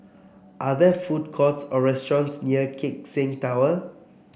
are there food courts or restaurants near Keck Seng Tower